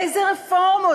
איזה רפורמות?